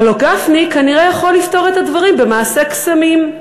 הלוא גפני כנראה יכול לפתור את הדברים במעשה קסמים.